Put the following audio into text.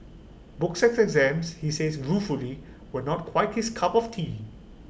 books and exams he says ruefully were not quite his cup of tea